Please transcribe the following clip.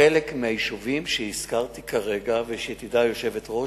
חלק מהיישובים שהזכרתי כרגע, שתדע היושבת-ראש,